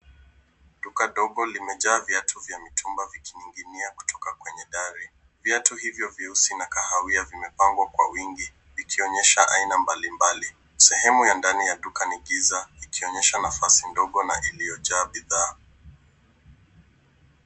Duka dogo limejaa viatu vya mitumba vikining'inia kutoka kwenye dari. Viatu hivyo vyeusi na kahawia vimepangwa kwa wingi vikionyesha aina mbalimbali. Sehemu ya ndani ya duka ni giza ikionyesha nafasi ndogo na iliyojaa bidhaa.